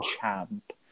champ